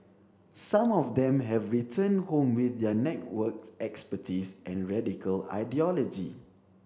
some of them have returned home with their network expertise and radical ideology